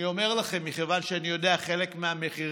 אני אומר לכם, מכיוון שאני יודע חלק מהמחירים.